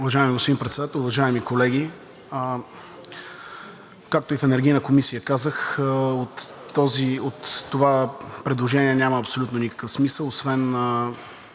Уважаеми господин Председател, уважаеми колеги! Както и в Енергийната комисия казах, от това предложение няма абсолютно никакъв смисъл освен